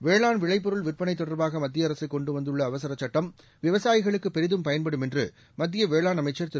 வேளாண் விளைப்பொருள் விற்பனை தொடர்பாக மத்தியஅரசு கொண்டுவந்துள்ள அவசர சட்டம் விவசாயிகளுக்கு பெரிதும் பயன்படும் என்று மத்திய வேளாண் அமைச்ச் திரு